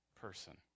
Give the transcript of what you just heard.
person